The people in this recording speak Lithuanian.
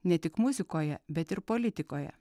ne tik muzikoje bet ir politikoje